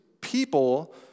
people